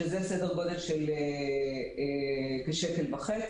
שזה סדר גודל של 1.50 שקל.